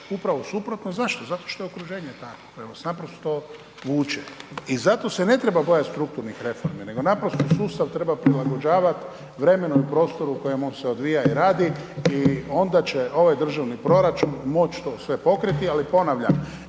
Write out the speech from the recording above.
upravo suprotno. Zašto? Zato što je okruženje takvo koje vas naprosto vuče. I zato se ne treba bojati strukturnih reformi nego naprosto sustav treba prilagođavati vremenu i prostoru u kojem on se odvija i radi. I onda će ovaj državni proračun moći to sve pokriti. Ali ponavljam